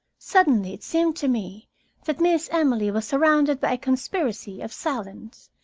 suddenly it seemed to me that miss emily was surrounded by a conspiracy of silence,